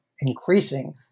increasing